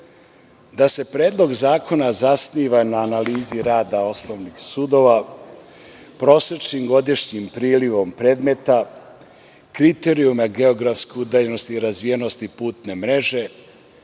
da se Predlog zakona zasniva na analizi rada osnovnih sudova, prosečnim godišnjim prilivom predmeta, kriterijuma geografske udaljenosti i razvijenosti putne mreže,